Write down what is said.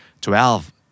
Twelve